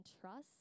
trust